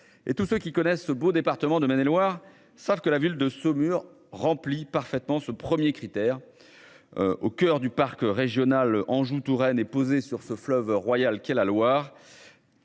et tous ceux qui connaissent ce beau département de Maine-et-Loire savent que la ville de Saumur remplit parfaitement ce 1er critère. Au coeur du Parc régional Anjou Touraine est posée sur ce fleuve royal qu'est la Loire.